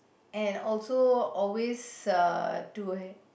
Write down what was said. and also always uh to